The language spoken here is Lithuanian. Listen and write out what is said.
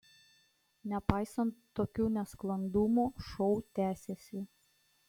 nepaisant tokių nesklandumų šou tęsėsi